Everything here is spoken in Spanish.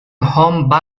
home